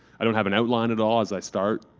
i don't have an outline at all as i start,